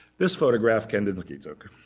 this photograph, kandinsky took.